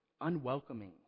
unwelcoming